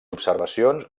observacions